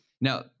Now